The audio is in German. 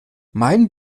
mein